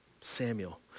Samuel